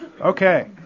Okay